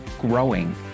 growing